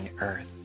earth